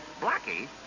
Blackie